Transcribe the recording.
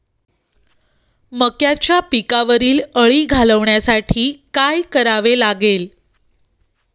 मक्याच्या पिकावरील अळी घालवण्यासाठी काय करावे लागेल?